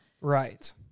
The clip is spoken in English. right